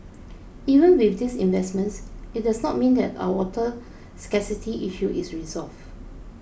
even with these investments it does not mean that our water scarcity issue is resolved